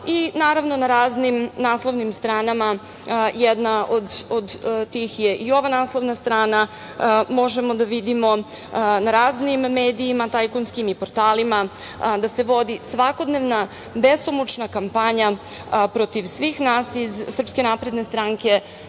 i naravno, na raznim naslovnim stranama jedna od tih je i ova naslovna strana, možemo da vidimo na raznim tajkunskim medijima i portalima da se vodi svakodnevna besomučna kampanja protiv svih nas iz SNS, naravno, pre